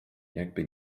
jakby